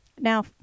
Now